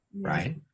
right